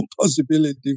possibility